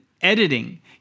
editing